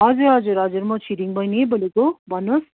हजुर हजुर हजुर म छिरिङ बैनी बोलेको भन्नुहोस्